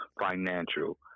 financial